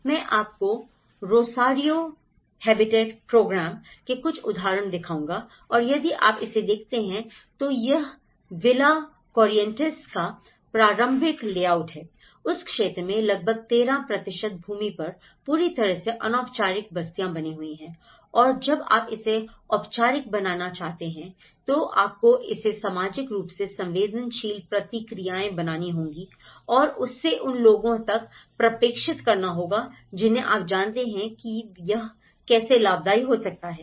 मैं आपको Rosario habitat programme के कुछ उदाहरण दिखाऊंगा औरयदि आप इसे देखते हैं तो यह विला कोरिएंटेस का प्रारंभिक लेआउट है उस क्षेत्र में लगभग 13 भूमि पर पूरी तरह से अनौपचारिक बस्तियां बनी हुई है और जब आप इसे औपचारिक बनाना चाहते हैं तो आपको इसे सामाजिक रूप से संवेदनशील प्रतिक्रियाएं बनानी होंगी और उससे उन लोगों तक संप्रेषित करना होगा जिन्हें आप जानते हैं कि यह कैसे लाभदाई हो सकता है